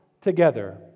together